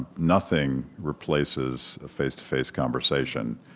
nothing replaces a face-to-face conversation.